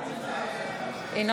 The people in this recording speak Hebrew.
אינו